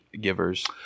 givers